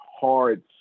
hard